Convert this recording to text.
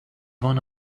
one